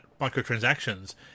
microtransactions